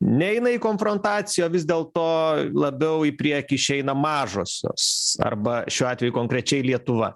neina į konfrontaciją o vis dėl to labiau į priekį išeina mažosios arba šiuo atveju konkrečiai lietuva